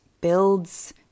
builds